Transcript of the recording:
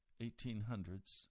1800s